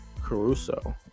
Caruso